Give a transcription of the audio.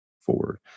forward